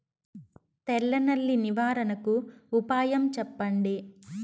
తెల్ల నల్లి నివారణకు ఉపాయం చెప్పండి?